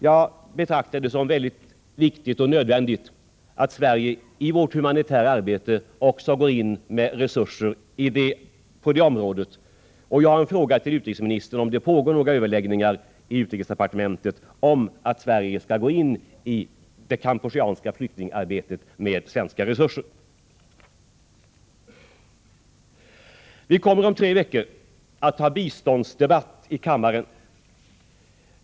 Jag betraktar det som mycket viktigt och nödvändigt att vi i vårt humanitära arbete också går in med resurser på det området, och jag har en fråga till utrikesministern: Pågår det några överläggningar i utrikesdepartementet om att Sverige skall gå in i det kampucheanska flyktingarbetet med svenska resurser? Vi kommer om tre veckor att ha en biståndsdebatt i kammaren.